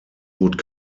would